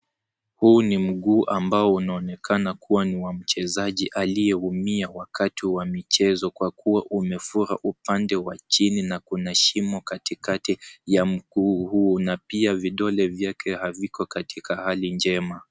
Huu ni mguu ambao unaonekana kuwa ni wa mchezaji aliyeumia wakati wa michezo kwa kuwa umefura upande wa chini na kuna shimo katikati ya mguu huu na pia vidole vyake haviko katika hali njema.